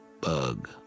Bug